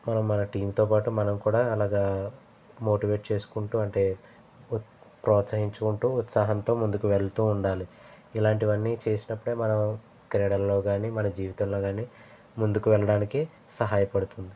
మనం మన టీం తో పాటు మనం కూడా అలాగా మోటివేట్ చేసుకుంటూ అంటే ప్రోత్సహించుకుంటూ ఉత్సాహంతో ముందుకు వెళ్తూ ఉండాలి ఇలాంటివన్నీ చేసినప్పుడే మనం క్రీడల్లో కానీ మన జీవితంలో కానీ ముందుకు వెళ్ళడానికి సహాయపడుతుంది